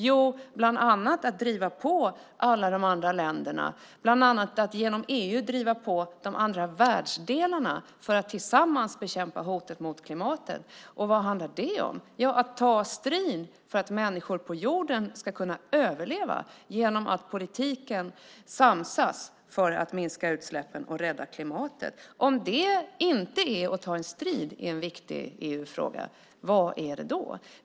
Jo, bland annat till att driva på alla de andra länderna och genom EU driva på de andra världsdelarna för att vi tillsammans ska bekämpa hotet mot klimatet. Och vad handlar det om? Jo, om att ta strid för att människor på jorden ska kunna överleva genom att politiken samsas om att minska utsläppen och rädda klimatet. Om det inte är att ta en strid i en viktig EU-fråga, vad är det då?